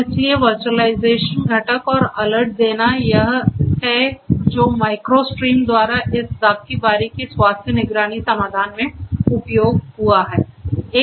और इसलिए विज़ुअलाइज़ेशन घटक और अलर्ट देना यह है जो माइक्रो स्ट्रीम द्वारा इस दाख की बारी की स्वास्थ्य निगरानी समाधान में उपयोग हुआ है